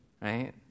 right